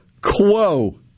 quo